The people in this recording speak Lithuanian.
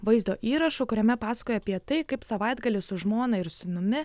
vaizdo įrašu kuriame pasakoja apie tai kaip savaitgalį su žmona ir sūnumi